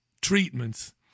treatments